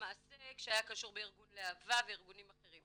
מעשה כשהיה קשור בארגון "להבה" וארגונים אחרים.